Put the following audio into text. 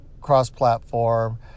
cross-platform